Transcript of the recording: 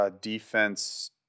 defense